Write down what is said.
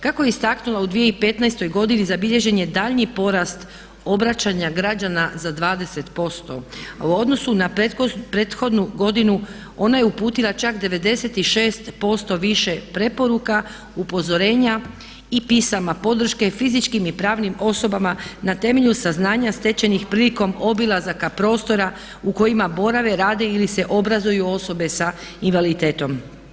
Kako je istaknula u 2015.godini, zabilježen je daljnji porast obraćanja građana za 20% u odnosu na prethodnu godinu, ona je uputila čak 96% više preporuka, upozorenja i pisama podrške fizičkim i pravnim osobama na temelju saznanja stečenih prilikom obilazaka prostora u kojima borave, rade ili se obrazuju osobe s invaliditetom.